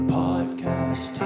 podcast